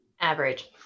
average